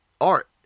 art